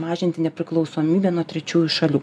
mažinti nepriklausomybę nuo trečiųjų šalių